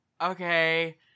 okay